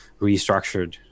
restructured